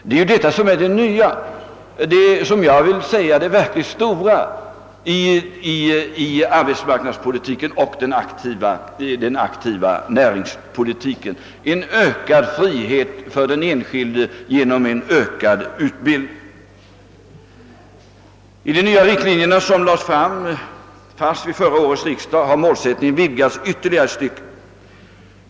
Det är detta som är det nya och — skulle jag vilja säga — det verkligt stora i arbetsmarknadspolitiken och i den aktiva näringspolitiken: en ökad frihet för den enskilde liksom en ökad utbildning. I de nya riktlinjerna som lades fram vid förra årets riksdag har målsättningen vidgats ytterligare ett stycke.